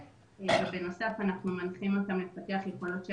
בנוסף אנחנו מנחים אותם לפתח יכולות של